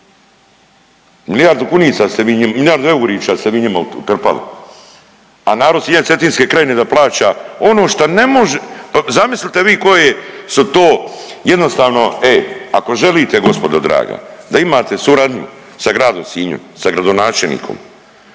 milijardu eurića ste vi njima utrpali, a narod cile Cetinske krajine da plaća ono šta ne može, pa zamislite vi koje su to jednostavno e ako želite gospodo draga da imate suradnju sa gradom Sinjom, sa gradonačelnikom